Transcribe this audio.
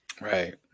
right